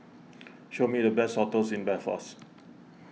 show me the best hotels in Belfast